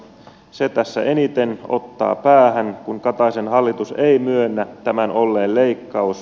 se tässä eniten ottaa päähän kun kataisen hallitus ei myönnä tämän olleen leikkaus